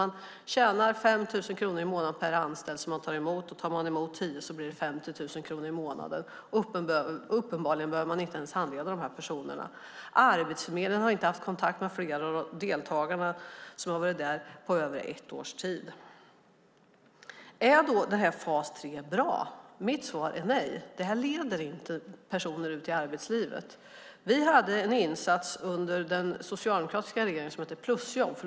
Man tjänar 5 000 kronor i månaden per anställd man tar emot. Tar man emot tio personer blir det 50 000 kronor i månaden. Uppenbarligen behöver man inte ens handleda dessa personer. Dessutom har Arbetsförmedlingen inte haft kontakt med flera av deltagarna på över ett år. Är fas 3 bra? Mitt svar är nej. Det leder inte personer ut i arbetslivet. Vi hade en insats för långtidsarbetslösa under den socialdemokratiska regeringen som hette plusjobb.